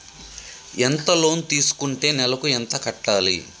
ఎంత లోన్ తీసుకుంటే నెలకు ఎంత కట్టాలి?